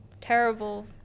terrible